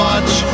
Watch